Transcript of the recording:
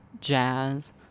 jazz